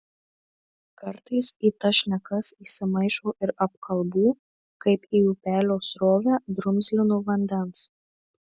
kartais į tas šnekas įsimaišo ir apkalbų kaip į upelio srovę drumzlino vandens